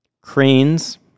cranes